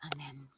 Amen